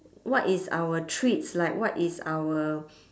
what is our treats like what is our